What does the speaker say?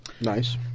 Nice